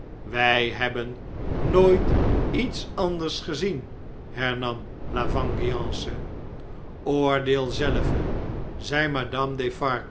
wtj hebben nooit iets anders gezien hernam lavengeance oordeel zelve zei madame